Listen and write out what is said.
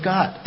God